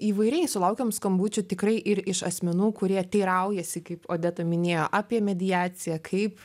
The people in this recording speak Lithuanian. įvairiai sulaukiam skambučių tikrai ir iš asmenų kurie teiraujasi kaip odeta minėjo apie mediaciją kaip